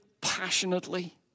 passionately